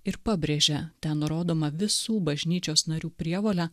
ir pabrėžė ten nurodoma visų bažnyčios narių prievolė